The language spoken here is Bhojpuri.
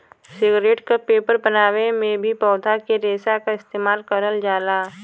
सिगरेट क पेपर बनावे में भी पौधा के रेशा क इस्तेमाल करल जाला